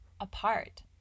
apart